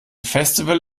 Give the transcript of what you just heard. festival